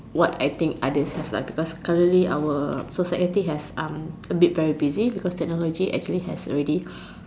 what I think others have lah because currently our society has um a bit very busy because technology actually has already